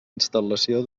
instal·lació